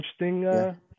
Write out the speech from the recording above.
Interesting